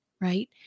right